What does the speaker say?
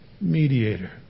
mediator